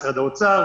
משרד האוצר.